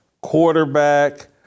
quarterback